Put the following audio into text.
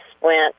went